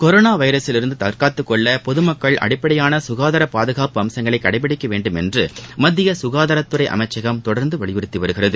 corona வைரசில் இருந்து தற்காத்துக் கொள்ள பொதுமக்கள் அடிப்படையான சுகாதார பாதுகாப்பு அம்சங்களை கடைபிடிக்க வேண்டும் என்று மத்திய குகாதாரத்துறை அமைச்சும் தொடர்ந்து வலியுறுத்தி வருகிறது